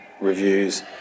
reviews